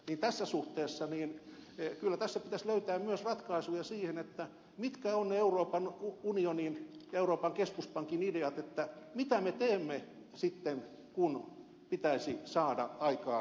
tässä suhteessa kyllä tässä pitäisi löytää myös ratkaisuja siihen mitkä ovat ne euroopan unionin ja euroopan keskuspankin ideat mitä me teemme sitten kun pitäisi saada aikaan kasvua